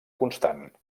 constant